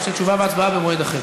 או שתשובה והצבעה במועד אחר.